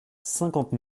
cinquante